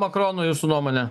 makrono jūsų nuomone